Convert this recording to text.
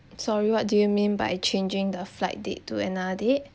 sorry what do you mean by changing the flight date to another date